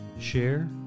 share